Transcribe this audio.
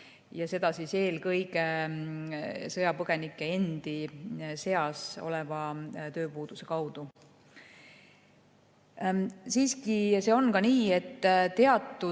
kasvada, eelkõige sõjapõgenike endi seas oleva tööpuuduse kaudu.